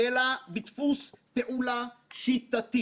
אלא בדפוס פעולה שיטתי